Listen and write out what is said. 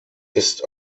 ist